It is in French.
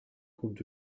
groupe